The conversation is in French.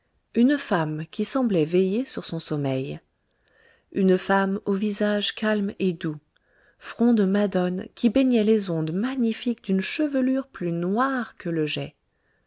une femme qui semblait veiller sur son sommeil une femme au visage calme et doux front de madone qui baignait les ondes magnifiques d'une chevelure plus noir que le jais